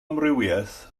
amrywiaeth